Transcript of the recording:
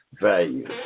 value